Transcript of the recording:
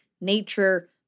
nature